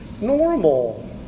normal